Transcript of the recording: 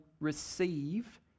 receive